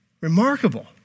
Remarkable